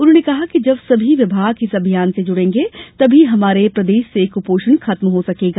उन्होंने कहा कि जब सभी विभाग इस अभियान से जुड़ेंगे तभी हमारे प्रदेश से कुपोषण खत्म हो सकेगा